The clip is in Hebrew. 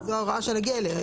זו ההוראה שנגיע אליה.